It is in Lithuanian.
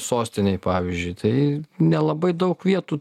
sostinei pavyzdžiui tai nelabai daug vietų